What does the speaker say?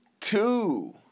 Two